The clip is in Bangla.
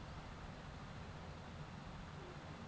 লকদের জনহ সরকার থাক্যে প্রধান মন্ত্রী সুরক্ষা বীমা দেয়